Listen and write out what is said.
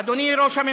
נגמר לו הזמן,